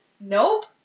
Nope